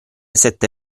sette